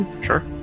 Sure